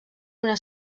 una